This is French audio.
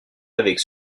avec